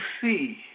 see